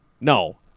No